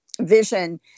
vision